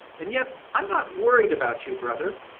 and yet i am not worried about you, brother.